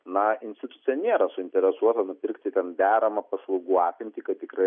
na institucija nėra suinteresuota nupirkti ten deramą paslaugų apimtį kad tikrai